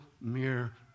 mere